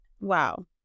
Wow